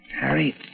Harry